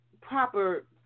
proper